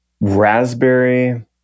Raspberry